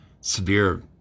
severe